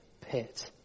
pit